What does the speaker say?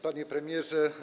Panie Premierze!